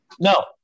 No